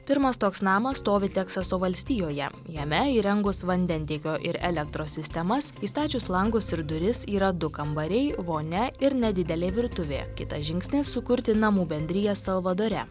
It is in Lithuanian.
pirmas toks namas stovi teksaso valstijoje jame įrengus vandentiekio ir elektros sistemas įstačius langus ir duris yra du kambariai vonia ir nedidelė virtuvė kitas žingsnis sukurti namų bendriją salvadore